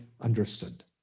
understood